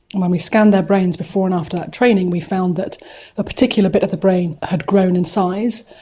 and when we scanned their brains before and after that training we found that a particular bit of the brain had grown in size,